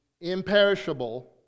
imperishable